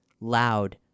Loud